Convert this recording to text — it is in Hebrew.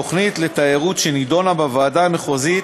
תוכנית לתיירות שנדונה בוועדה המחוזית